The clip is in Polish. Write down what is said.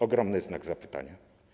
Ogromny znak zapytania.